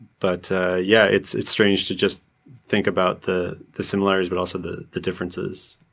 but yeah, it's it's strange to just think about the the similarities but also the the differences